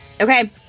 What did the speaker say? Okay